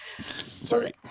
Sorry